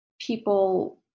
people